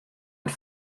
net